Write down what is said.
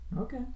Okay